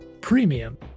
Premium